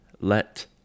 let